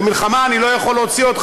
במלחמה אני לא יכול להוציא אותך.